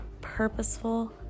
purposeful